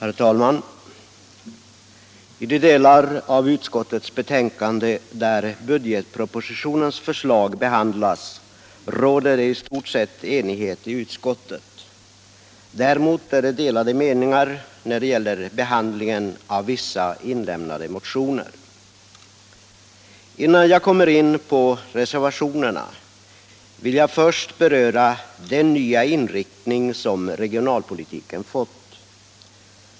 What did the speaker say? Herr talman! I de delar av utskottets betänkande där budgetpropositionens förslag behandlas råder det i stort sett enighet i utskottet. Däremot finns delade meningar när det gäller behandlingen av vissa inlämnade motioner. Innan jag kommer in på reservationerna vill jag beröra den nya inriktning som regionalpolitiken fått.